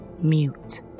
mute